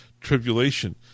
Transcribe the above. tribulation